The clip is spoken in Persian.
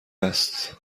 هست